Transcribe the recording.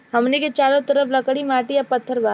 हमनी के चारो तरफ लकड़ी माटी आ पत्थर बा